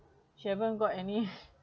she haven’t got any